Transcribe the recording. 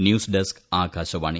news desk Akashvani